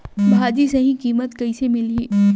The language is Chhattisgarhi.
भाजी सही कीमत कइसे मिलही?